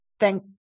Thank